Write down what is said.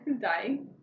dying